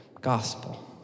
gospel